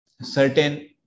certain